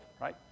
right